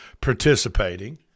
participating